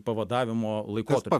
pavadavimo laikotarpiu